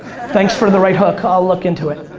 thanks for the right hook. i'll look into it.